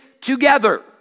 together